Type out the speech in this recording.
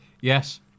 Yes